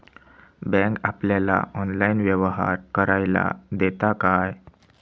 Bank आपल्याला online व्यवहार करायला देता काय?